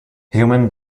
human